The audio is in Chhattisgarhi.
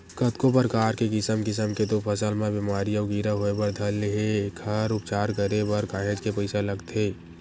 कतको परकार के किसम किसम के तो फसल म बेमारी अउ कीरा होय बर धर ले एखर उपचार करे बर काहेच के पइसा लगथे